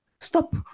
Stop